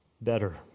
better